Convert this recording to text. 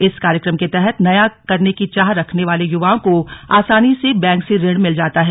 इस कार्यक्रम के तहत नया करने की चाह रखने वाले युवाओं को आसानी से बैंक से ऋण मिल जाता है